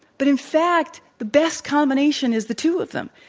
but, in fact, the best combination is the two of them.